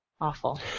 awful